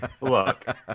Look